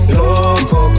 loco